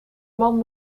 man